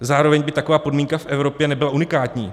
Zároveň by taková podmínka v Evropě nebyla unikátní.